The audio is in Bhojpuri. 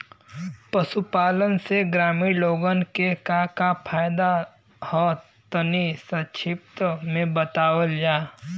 पशुपालन से ग्रामीण लोगन के का का फायदा ह तनि संक्षिप्त में बतावल जा?